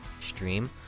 stream